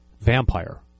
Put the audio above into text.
vampire